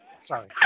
Sorry